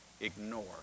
ignore